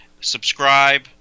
Subscribe